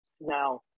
Now